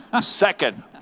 Second